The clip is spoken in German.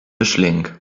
mischling